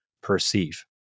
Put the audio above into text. perceive